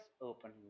open